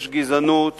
יש גזענות